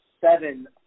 seven